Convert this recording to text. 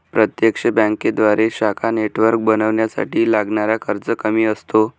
प्रत्यक्ष बँकेद्वारे शाखा नेटवर्क बनवण्यासाठी लागणारा खर्च कमी असतो